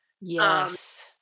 Yes